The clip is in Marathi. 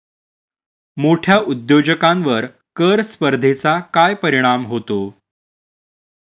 मोठ्या उद्योजकांवर कर स्पर्धेचा काय परिणाम होतो?